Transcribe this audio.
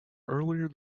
earlier